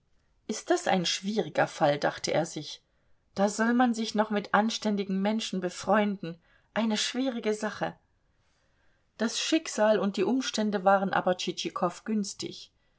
ist das ein schwieriger fall dachte er sich da soll man sich noch mit anständigen menschen befreunden eine schwierige sache das schicksal und die umstände waren aber tschitschikow günstig